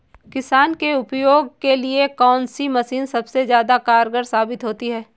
किसान के उपयोग के लिए कौन सी मशीन सबसे ज्यादा कारगर साबित होती है?